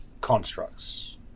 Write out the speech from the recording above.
constructs